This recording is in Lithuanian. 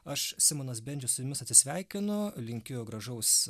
aš simonas bendžius su jumis atsisveikinu linkiu gražaus